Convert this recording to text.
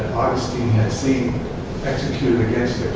seen executed against